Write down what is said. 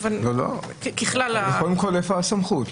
איפה הסמכות?